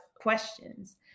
questions